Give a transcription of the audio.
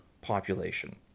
population